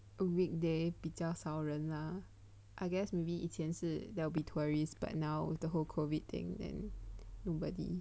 weekday 比较少人啦 I guess maybe 以前是 there'll be tourists but now with the whole COVID thing then nobody